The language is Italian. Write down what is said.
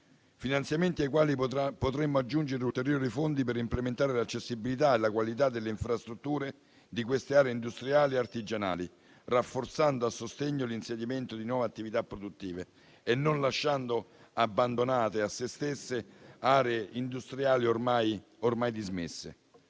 finanziamenti potremo aggiungere ulteriori fondi per implementare l'accessibilità e la qualità delle infrastrutture di queste aree industriali e artigianali, rafforzando il sostegno all'insediamento di nuove attività produttive e non lasciando abbandonate a sé stesse aree industriali ormai dismesse.